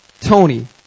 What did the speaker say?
Tony